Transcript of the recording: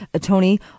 Tony